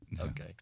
Okay